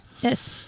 Yes